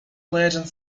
legend